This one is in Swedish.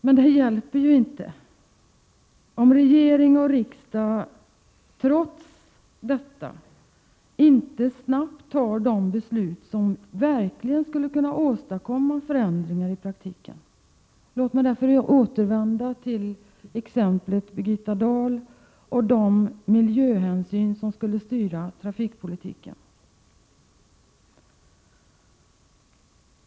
Men detta hjälper inte, om regering och riksdag inte snabbt fattar de beslut som verkligen skulle kunna åstadkomma förändringar i praktiken. Låt mig därför återvända till exemplet Birgitta Dahl och de miljöhänsyn som skulle styra trafikpolitiken.